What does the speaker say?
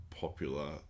popular